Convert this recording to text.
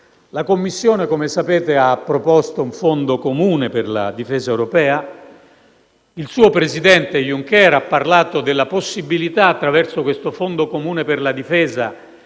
la Commissione ha proposto un fondo comune per la difesa europea. Il suo presidente, Juncker, ha parlato della possibilità, attraverso questo fondo comune per la difesa,